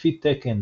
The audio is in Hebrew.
לפי תקן